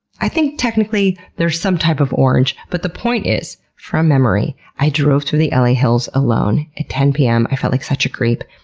i think technically they're some type of orange? but the point is, from memory i drove through the la hills alone at ten pm. i felt like such a creep.